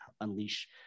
unleash